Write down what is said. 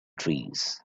trees